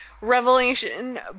revelation